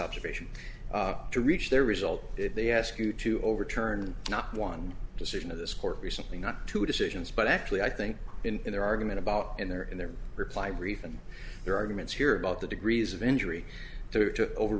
observation to reach their result if they ask you to overturn not one decision of this court recently not two decisions but actually i think in their argument about in their in their reply brief and their arguments here about the degrees of injury to over